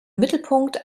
mittelpunkt